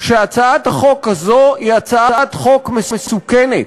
שהצעת החוק הזאת היא הצעת חוק מסוכנת.